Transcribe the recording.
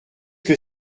que